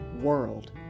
world